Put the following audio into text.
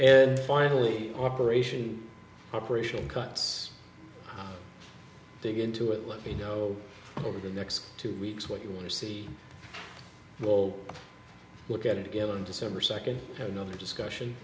and finally operation operation cuts begin to it let me know over the next two weeks what you want to see you all look at it again on december second have another discussion